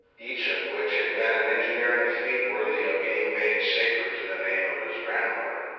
each of which had been an engineering feat worthy of being made sacred to the name of his grandmother.